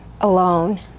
alone